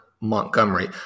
montgomery